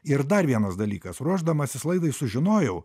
ir dar vienas dalykas ruošdamasis laidai sužinojau